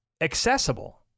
accessible